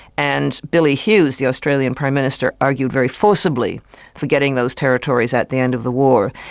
and billy hughes, the australian prime minister, argued very forcibly for getting those territories at the end of the war,